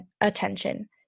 attention